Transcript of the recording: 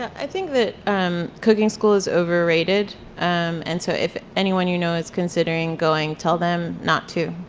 i think that um cooking school is overrated and and so if anyone you know is considering going, tell them not to.